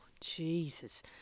Jesus